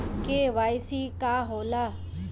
KYC का होला?